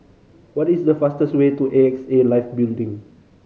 what is the fastest way to A X A Life Building